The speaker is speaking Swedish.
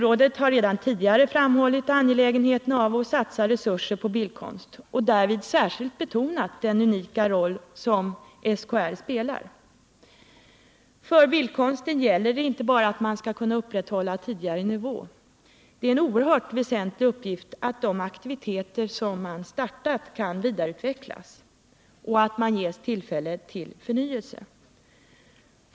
Rådet har redan tidigare framhållit angelägenheten av att det satsas resurser på bildkonst och därvid särskilt betonat den unika roll som SKR spelar. För bildkonsten gäller inte bara att man skall kunna upprätthålla tidigare nivå. Det är en oerhört väsentlig uppgift att de aktiviteter som startats också vidareutvecklas och att man ges tillfälle till förnyelse.